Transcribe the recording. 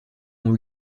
ont